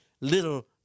little